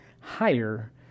higher